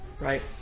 right